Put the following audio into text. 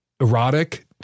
erotic